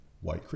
white